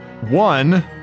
One